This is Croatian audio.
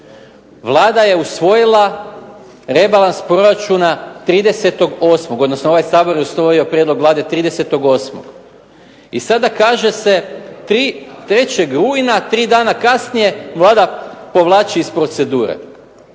Vlada je usvojila rebalans proračuna 30.8., odnosno ovaj Sabor je usvojio prijedlog Vlade 30.8., i sada kaže se 3. rujna, tri dana kasnije Vlada povlači iz procedure.